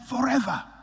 forever